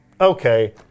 Okay